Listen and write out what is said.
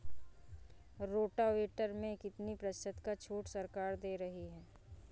Rotavator में कितनी प्रतिशत का छूट सरकार दे रही है?